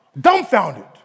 dumbfounded